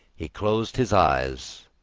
he closed his eyes,